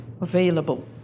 available